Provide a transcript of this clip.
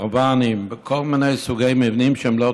בקרוואנים, בכל מיני סוגי מבנים שהם לא תקינים,